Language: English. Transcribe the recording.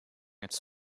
its